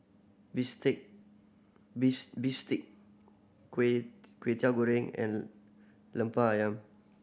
bistake bistake Kway Teow Goreng and Lemper Ayam